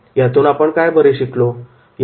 यातून आपण काय बरे शिकलो